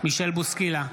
מישל בוסקילה,